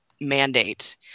mandate